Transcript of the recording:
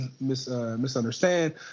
misunderstand